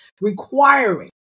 requiring